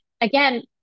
Again